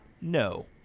No